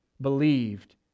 believed